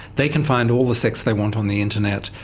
they can find all the sex they want on the internet,